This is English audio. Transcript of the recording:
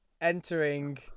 entering